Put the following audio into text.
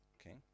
Okay